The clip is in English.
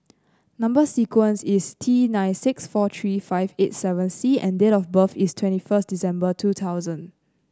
number sequence is T nine six four three five eight seven C and date of birth is twenty first December two thousand